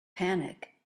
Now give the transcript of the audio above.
panic